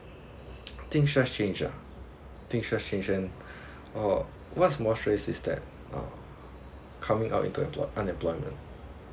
things just change uh things just change and oh what's more stress is that uh coming out into employ unemployment